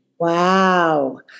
Wow